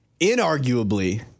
Inarguably